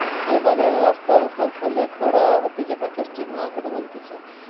যে বাজার রাস্তার ওপরে ফেলে করা হতিছে তাকে স্ট্রিট মার্কেট বলতিছে